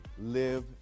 Live